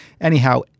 Anyhow